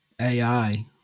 AI